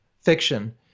fiction